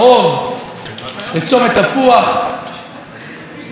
הרגה באחת את הנוסעת, אם המשפחה.